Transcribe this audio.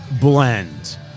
blend